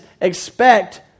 expect